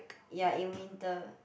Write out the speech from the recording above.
ya in winter